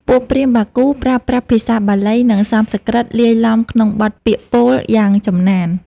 ពួកព្រាហ្មណ៍បាគូប្រើប្រាស់ភាសាបាលី និងសំស្ក្រឹតលាយឡំក្នុងបទពាក្យពោលយ៉ាងចំណាន។